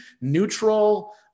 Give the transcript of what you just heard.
neutral